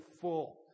full